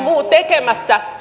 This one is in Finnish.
muu tekemässä